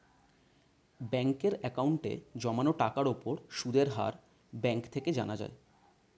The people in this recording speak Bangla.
ব্যাঙ্কের অ্যাকাউন্টে জমানো টাকার উপর সুদের হার ব্যাঙ্ক থেকে জানা যায়